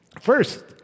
First